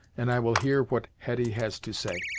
and i will hear what hetty has to say.